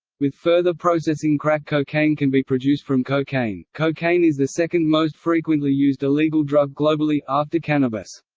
with further processing crack cocaine can be produced from cocaine cocaine is the second most frequently used illegal drug globally, after cannabis.